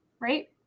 Right